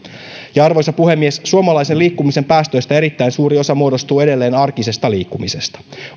arvoisa puhemies suomalaisen liikkumisen päästöistä erittäin suuri osa muodostuu edelleen arkisesta liikkumisesta